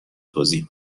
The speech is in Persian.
توضیح